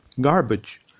garbage